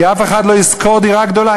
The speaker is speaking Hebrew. כי אף אחד לא ישכור דירה גדולה,